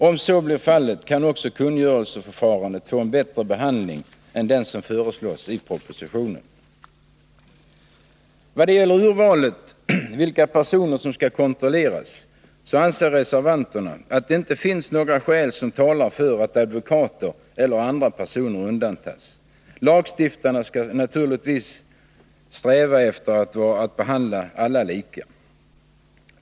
Om så blir fallet kan också kungörelseförfarandet få en bättre behandling än den som föreslås i propositionen. När det gäller urvalet av personer som skall kontrolleras anser reservanterna att det inte finns några skäl som talar för att advokater eller andra personer undantas. Lagstiftarnas strävan skall naturligtvis vara att alla behandlas lika.